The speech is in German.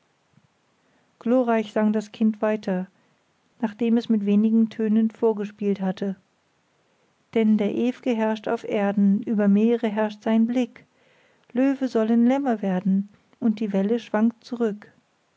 glorreich sang das kind weiter nachdem es mit wenigen tönen vorgespielt hatte denn der ewge herrscht auf erden über meere herrscht sein blick löwen sollen lämmer werden und die welle schwankt zurück